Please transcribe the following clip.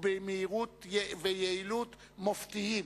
ובמהירות ויעילות מופתיות.